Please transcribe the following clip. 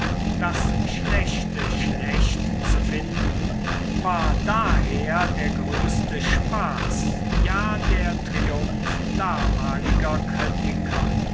das schlechte schlecht zu finden war daher der größte spaß ja der triumph damaliger kritiker